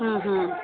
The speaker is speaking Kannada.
ಹ್ಞೂ ಹ್ಞೂ